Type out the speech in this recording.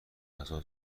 غذا